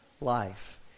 life